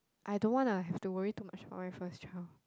I don't wanna have to worry too much for my first child